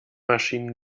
maschinen